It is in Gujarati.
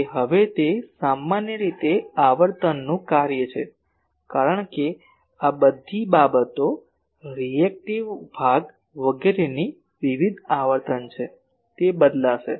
હવે તે સામાન્ય રીતે આવર્તનનું કાર્ય છે કારણ કે આ બધી બાબતો રી એકટીવ ભાગ વગેરેની વિવિધ આવર્તન છે તે બદલાશે